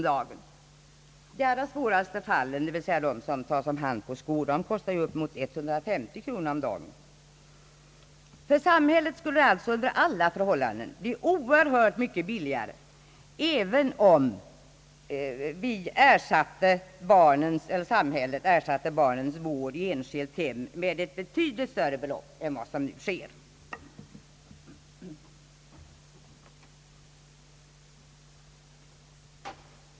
De svåraste fallen, det vill säga de som tas om hand på Skå, kostar ju upp emot 150 kronor om dagen. För samhället skulle det alltså under alla förhållanden bli oerhört mycket billigare, även om samhället ersatte barnens vård i enskilt hem med ett betydligt större belopp än vad som nu sker.